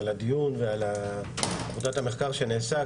על הדיון ועל עבודות המחקר שנעשתה,